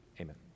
Amen